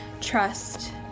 trust